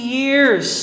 years